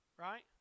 right